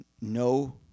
no